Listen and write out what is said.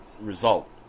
result